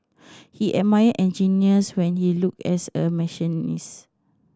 he admired engineers when he looked as a machinist